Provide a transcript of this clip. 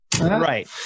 right